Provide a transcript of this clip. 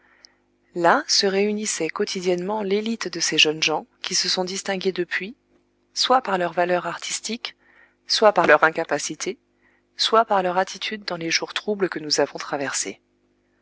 là se réunissait quotidiennement l'élite de ces jeunes gens qui se sont distingués depuis soit par leur valeur artistique soit par leur incapacité soit par leur attitude dans les jours troubles que nous avons traversés